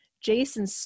Jason